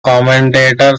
commentator